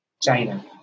China